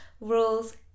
rules